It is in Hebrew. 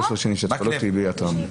כשאת כבר לא תהיי בעיריית רמלה.